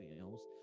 else